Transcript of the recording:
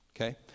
Okay